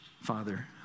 Father